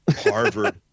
Harvard